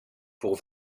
pour